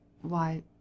Why